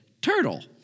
Turtle